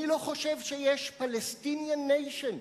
אני לא חושב שיש Palestinian nation.